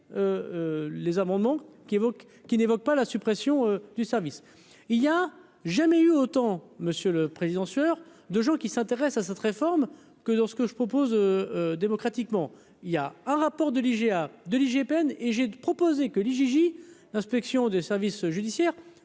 les amendements qui évoque, qui n'évoque pas la suppression du service, il y a jamais eu autant, monsieur le Président, sueur, de gens qui s'intéressent à cette réforme, que dans ce que je propose, démocratiquement, il y a un rapport de l'IGA de l'IGPN et j'ai proposé que Lee Gigi l'inspection des services judiciaires